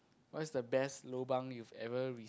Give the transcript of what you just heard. what's the best lobang you've ever